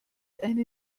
eine